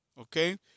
Okay